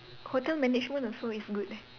hotel management also is good eh